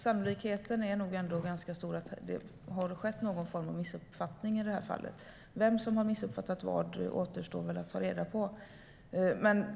Sannolikheten är ganska stor att det har skett någon form av missuppfattning i det här fallet. Vem som har missuppfattat vad återstår väl att ta reda på.